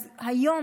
אז היום,